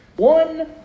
One